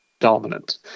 dominant